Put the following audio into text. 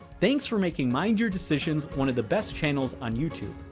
thanks for making mind your decisions one of the best channels on youtube.